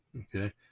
Okay